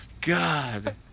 god